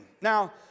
now